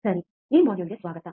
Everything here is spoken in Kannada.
ಸರಿ ಈ ಮಾಡ್ಯೂಲ್ಗೆ ಸ್ವಾಗತ